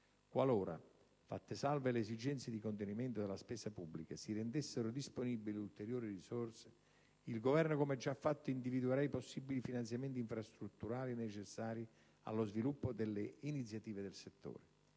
Qualora, fatte salve le esigenze di contenimento della spesa pubblica, si rendessero disponibili ulteriori risorse, il Governo, come ha già fatto, individuerà i possibili finanziamenti infrastrutturali necessari allo sviluppo delle iniziative del settore.